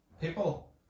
people